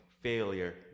failure